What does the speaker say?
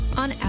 on